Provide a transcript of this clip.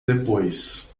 depois